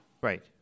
Right